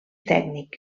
tècnic